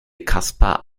kasper